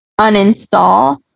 uninstall